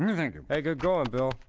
and thank you. hey, good going, bill.